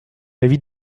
l’avis